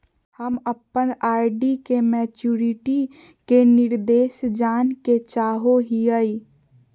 हम अप्पन आर.डी के मैचुरीटी के निर्देश जाने के चाहो हिअइ